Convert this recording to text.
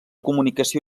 comunicació